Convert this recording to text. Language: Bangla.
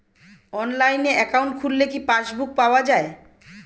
অনলাইনে একাউন্ট খুললে কি পাসবুক পাওয়া যায়?